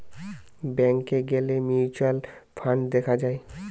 ব্যাংকে গ্যালে mutual fund দেখা যায়